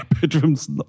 bedrooms